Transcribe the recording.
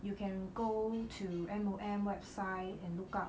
you can go to M_O_M website and look up